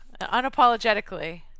unapologetically